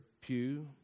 pew